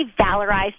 valorized